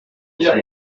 gihugu